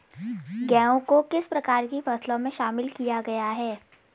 गेहूँ को किस प्रकार की फसलों में शामिल किया गया है?